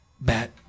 bat